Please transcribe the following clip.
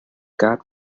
god